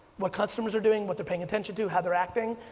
what customers are doing what they're paying attention to, how they're acting.